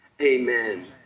Amen